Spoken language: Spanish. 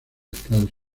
estados